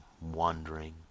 wandering